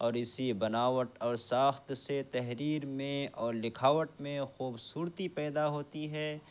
اور اسی بناوٹ اور ساخت سے تحریر میں اور لکھاوٹ میں خوبصورتی پیدا ہوتی ہے